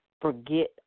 forget